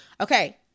Okay